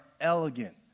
elegant